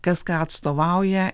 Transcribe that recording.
kas ką atstovauja